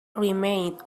remained